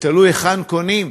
תלוי היכן קונים,